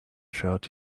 shirt